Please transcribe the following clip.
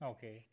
Okay